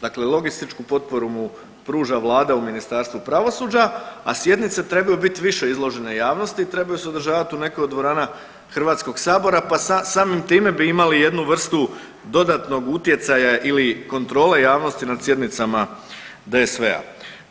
dakle logističku potporu mu pruža vlada u Ministarstvu pravosuđa, a sjednice trebaju biti više izložene javnosti i trebaju se održavat u nekoj od dvorana HS-a pa samim time bi imali jednu vrstu dodatnog utjecaja ili kontrole javnosti nad sjednicama DSV-a.